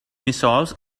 missiles